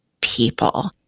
people